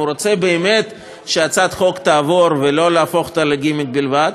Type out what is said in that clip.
אם הוא רוצה באמת שהצעת חוק תעבור ולא להפוך אותה לגימיק בלבד,